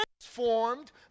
transformed